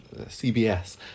CBS